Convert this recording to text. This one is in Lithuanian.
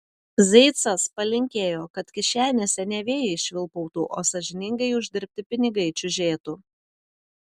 zeicas palinkėjo kad kišenėse ne vėjai švilpautų o sąžiningai uždirbti pinigai čiužėtų